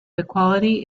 equality